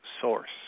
source